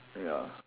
ya